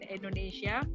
Indonesia